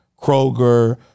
Kroger